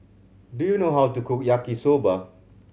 do you know how to cook Yaki Soba